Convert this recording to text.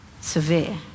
severe